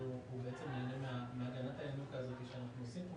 הוא נהנה מהגנת הינוקא שאנחנו נותנים.